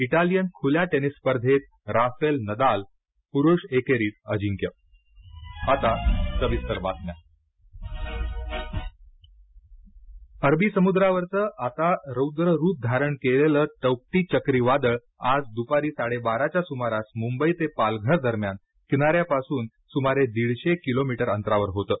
Italian खुल्या tennis स्पर्धेत Rafael Nadal पुरुष एकेरीत अजिंक्य टौक्टै वादळ अपडेट अरबी समुद्रावरचं आता रौद्र रूप धारण केलेल टौक्टै चक्रीवादळ आज दुपारी साडेबाराच्या सुमारास मुंबई ते पालघर दरम्यान किनाऱ्यापासून सुमारे दीडशे किलोमीटर अंतरावर होतं